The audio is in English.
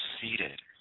seated